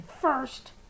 first